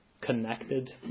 connected